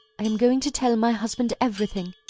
i am going to tell my husband everything.